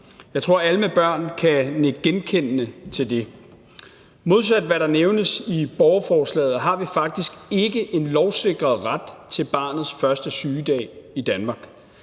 Jeg tror, at alle med børn kan nikke genkendende til det. Modsat hvad der nævnes i borgerforslaget, har vi faktisk ikke en lovsikret ret til barnets første sygedag i Danmark.